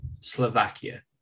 Slovakia